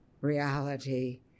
reality